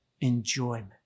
enjoyment